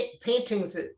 paintings